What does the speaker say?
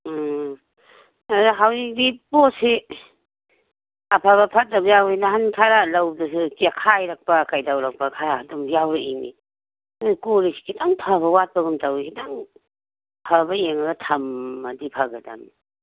ꯎꯝ ꯑꯗꯨ ꯍꯧꯖꯤꯛꯇꯤ ꯄꯣꯠꯁꯤ ꯑꯐꯕ ꯐꯠꯇꯕꯁꯨ ꯌꯥꯎꯏ ꯅꯍꯥꯟ ꯈꯔ ꯂꯨꯕꯗꯨꯁꯨ ꯆꯦꯈꯥꯏꯔꯛꯄ ꯀꯩꯗꯧꯔꯛꯄ ꯈꯔ ꯑꯗꯨꯝ ꯌꯥꯎꯔꯛꯏꯅꯦ ꯅꯣꯏ ꯀꯣꯜ ꯂꯤꯛꯁꯤ ꯈꯤꯇꯪ ꯐꯕ ꯋꯥꯠꯄꯒꯨꯝ ꯇꯧꯋꯤ ꯈꯤꯇꯪ ꯐꯕ ꯌꯦꯡꯉꯒ ꯊꯝꯃꯗꯤ ꯐꯒꯗꯃꯤ